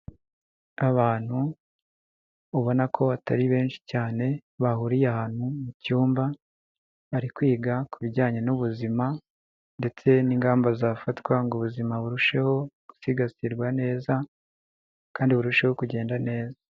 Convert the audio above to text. Abantu ubona ko atari benshi cyane bahuriye ahantu mu cyumba bari kwiga ku bijyanye n'ubuzima ndetse n'ingamba zafatwa ngo ubuzima burusheho gusigasirwa neza kandi burusheho kugenda neza.